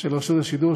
של רשות השידור,